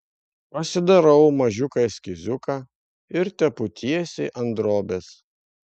pasidarau mažiuką eskiziuką ir tepu tiesiai ant drobės